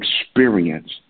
experience